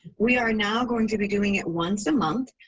we are now going to be doing it once a month,